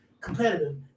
competitive